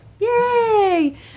yay